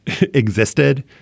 existed